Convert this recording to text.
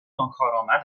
ناکارآمد